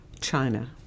China